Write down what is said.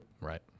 Right